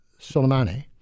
Soleimani